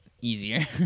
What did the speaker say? easier